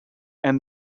and